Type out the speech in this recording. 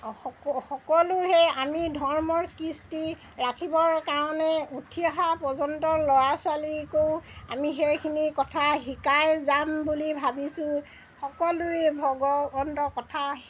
অঁ সক সকলো সেই আমি ধৰ্মৰ কৃষ্টি ৰাখিবৰ কাৰণে উঠি অহা পৰ্যন্ত ল'ৰা ছোৱালীকো আমি সেইখিনি কথা শিকাই যাম বুলি ভাবিছোঁ সকলোৱেই ভগৱন্তৰ কথা